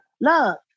Love